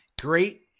Great